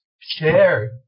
Share